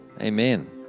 Amen